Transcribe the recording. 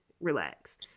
Relax